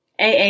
AA